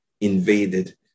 invaded